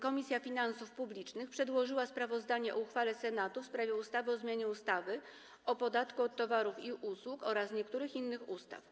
Komisja Finansów Publicznych przedłożyła sprawozdanie o uchwale Senatu w sprawie ustawy o zmianie ustawy o podatku od towarów i usług oraz niektórych innych ustaw.